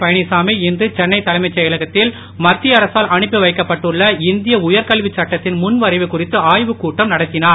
பழனிச்சாமி இன்று சென்னை தலைமைச் செயலகத்தில் மத்திய அரசால் அனுப்பி வைக்கப்பட்டுள்ள இந்திய உயர்கல்விச் சட்டத்தின் முன்வரைவு குறித்து ஆய்வு கூட்டம் நடத்தினார்